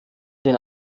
den